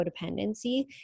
codependency